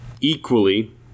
Equally